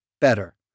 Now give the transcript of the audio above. better